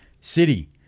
city